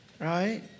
Right